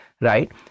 right